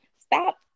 stop